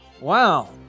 Wow